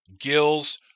gills